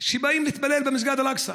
שבאים להתפלל במסגד אל-אקצא.